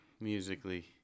musically